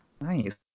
Nice